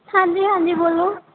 ਹਾਂਜੀ ਹਾਂਜੀ ਬੋਲੋ